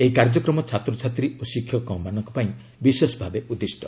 ଏହି କାର୍ଯ୍ୟକ୍ରମ ଛାତ୍ରଛାତ୍ରୀ ଓ ଶିକ୍ଷକମାନଙ୍କ ପାଇଁ ବିଶେଷ ଭାବେ ଉଦ୍ଦିଷ୍ଟ